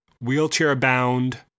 wheelchair-bound